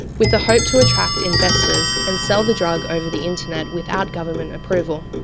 with the hope to attract investors and sell the drug over the internet without government approval.